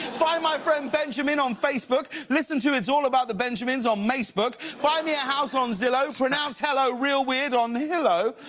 find my friend benjamin on facebook. listen to it's all about the benjamins on ma ebook. buy me a house on zillow. pronounce hello real weird on hillow.